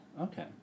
Okay